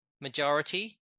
majority